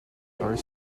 are